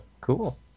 cool